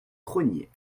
crosnier